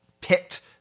picked